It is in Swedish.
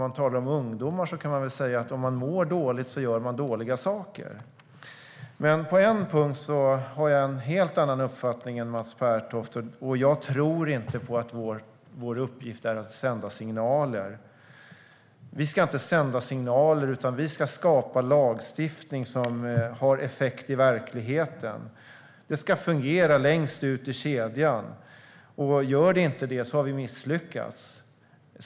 Man kan säga att om ungdomar mår dåligt gör de dåliga saker. Men på en punkt har jag en helt annan uppfattning än Mats Pertoft: Jag tror inte att vår uppgift är att sända signaler. Vi ska inte sända signaler, utan vi ska skapa en lagstiftning som har effekt i verkligheten. Det ska fungera längst ut i kedjan, och om det inte gör det har vi misslyckats.